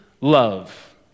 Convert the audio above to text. love